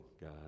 God